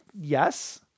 Yes